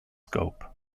scope